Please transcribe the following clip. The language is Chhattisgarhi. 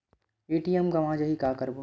ए.टी.एम गवां जाहि का करबो?